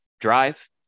drive